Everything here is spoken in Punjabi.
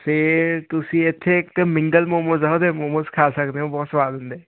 ਫਿਰ ਤੁਸੀਂ ਇੱਥੇ ਇੱਕ ਮਿੰਗਲ ਮੋਮੋਸ ਆ ਉਹਦੇ ਮੋਮੋਸ ਖਾ ਸਕਦੇ ਹੋ ਉਹ ਬਹੁਤ ਸਵਾਦ ਹੁੰਦੇ